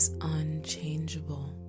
unchangeable